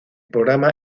programa